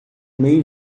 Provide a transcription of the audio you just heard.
meio